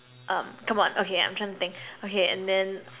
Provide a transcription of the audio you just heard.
um come on okay I'm trying to think okay and then